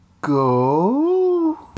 Go